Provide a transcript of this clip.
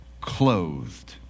Clothed